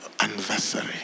anniversary